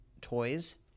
toys